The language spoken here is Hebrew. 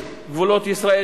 גבולות ישראל